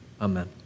Amen